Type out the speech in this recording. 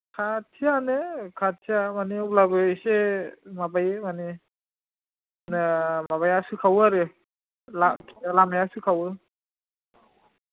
खाथिआनो खाथिया मानि अब्लाबो एसे माबायो मानि माबाया सोखावो आरो लामाया सोखावो